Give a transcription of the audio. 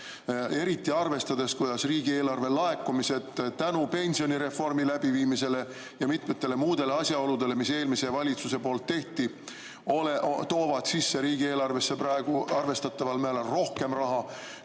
Eriti arvestades seda, kuidas riigieelarve laekumised tänu pensionireformi läbiviimisele ja mitmele muule asjaolule, mida eelmine valitsus tegi, toovad riigieelarvesse praegu arvestataval määral rohkem raha